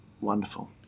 wonderful